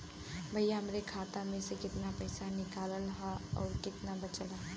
भईया हमरे खाता मे से कितना पइसा निकालल ह अउर कितना बचल बा?